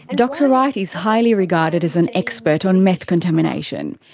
ah dr wright is highly regarded as an expert on meth contamination.